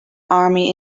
army